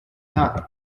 time